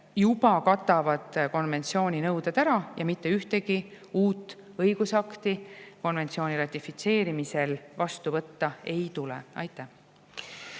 juba katavad konventsiooni nõuded ära. Mitte ühtegi uut õigusakti konventsiooni ratifitseerimisel vastu võtta ei tule. Aitäh!